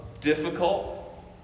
difficult